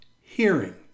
Hearing